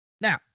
Now